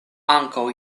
ankaŭ